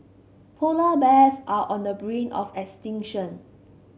polar bears are on the brink of extinction